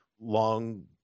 long